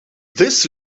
this